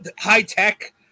high-tech